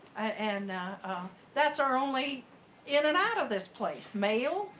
and ah that's our only in and out of this place. mail,